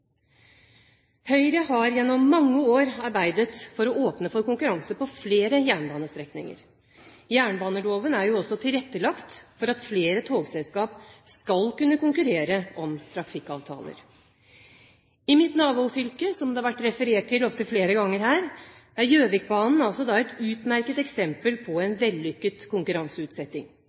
Høyre har gjennom mange år arbeidet for å åpne for konkurranse på flere jernbanestrekninger. Jernbaneloven er jo også tilrettelagt for at flere togselskap skal kunne konkurrere om trafikkavtaler. I mitt nabofylke, som det har vært referert til opptil flere ganger her, er Gjøvikbanen et utmerket eksempel på en vellykket konkurranseutsetting.